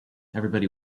everybody